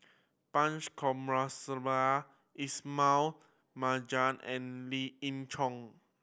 Punch Coomaraswamy Ismail Marjan and Lien Ying Chow